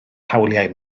hawliau